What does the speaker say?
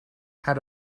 had